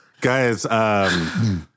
Guys